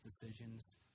decisions